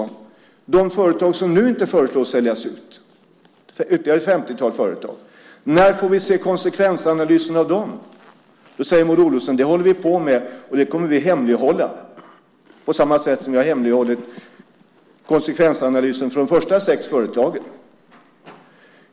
När får vi se konsekvensanalysen för de företag som nu inte föreslås säljas ut - ytterligare ett 50-tal företag? Maud Olofsson säger: Det håller vi på med, men det kommer vi att hemlighålla på samma sätt som vi har hemlighållit konsekvensanalysen för de första sex företagen.